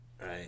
Right